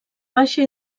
baixa